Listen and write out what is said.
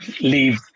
leave